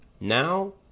now